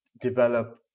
develop